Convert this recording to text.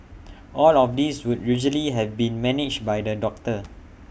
all of this would usually have been managed by the doctor